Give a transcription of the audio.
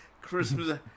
Christmas